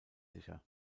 sicher